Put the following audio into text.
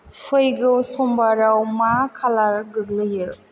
फैगौ समबाराव मा खालार गोग्लैयो